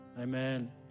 amen